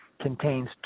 contains